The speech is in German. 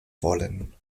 wollen